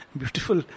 beautiful